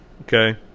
okay